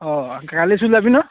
অঁ কাইলৈ স্কুল যাবি নহয়